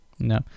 No